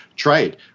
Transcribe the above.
trade